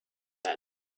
said